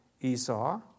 Esau